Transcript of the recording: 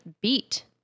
beat